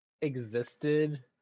existed